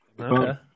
Okay